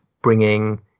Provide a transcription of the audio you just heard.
Bringing